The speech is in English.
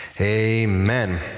amen